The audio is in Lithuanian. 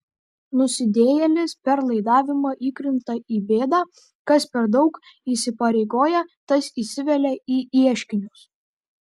nusidėjėlis per laidavimą įkrinta į bėdą kas per daug įsipareigoja tas įsivelia į ieškinius